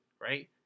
right